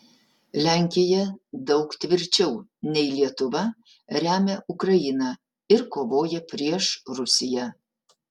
lenkija daug tvirčiau nei lietuva remia ukrainą ir kovoja prieš rusiją